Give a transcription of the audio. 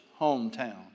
hometown